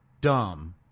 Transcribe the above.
dumb